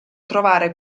trovare